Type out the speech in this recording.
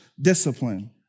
discipline